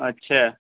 اچھا